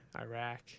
iraq